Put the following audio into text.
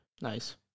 Nice